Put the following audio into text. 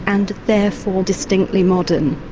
and therefore distinctly modern.